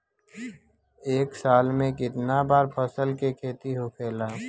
एक साल में कितना बार फसल के खेती होखेला?